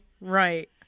Right